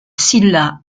sylla